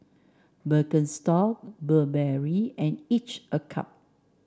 Birkenstock Burberry and each a Cup